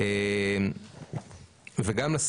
בנוסף,